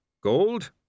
Gold